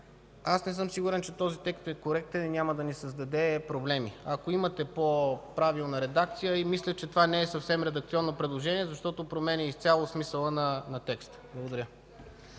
не съм сигурен, че този текст е коректен и няма да ни създаде проблеми. Ако имате по-правилна редакция. Мисля, че това не е съвсем редакционно предложение, защото променя изцяло смисъла на текста. Благодаря